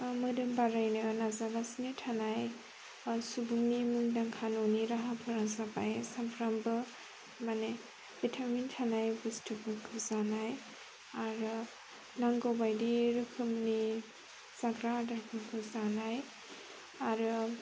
मोदोम बारायनो नाजागासिनो थानाय सुबुंनि मुंदांखा न'नि राहाफोरा जाबाय सानफ्रामबो माने भिटामिन थानाय बुस्थुफोरखौ जानाय आरो नांगौबायदि रोखोमनि जाग्रा आदारफोरखौ जानाय आरो